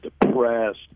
depressed